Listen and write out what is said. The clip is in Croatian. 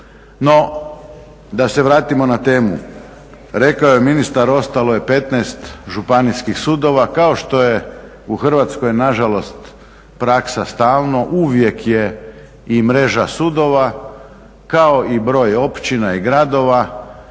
No da se vratimo na temu. Rekao je ministar ostalo je 15 županijskih sudova kao što je u Hrvatskoj nažalost praksa stalno uvijek je i mreža sudova kao i broj općina i gradova